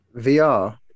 VR